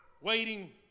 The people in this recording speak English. waiting